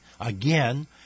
again